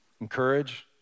Encourage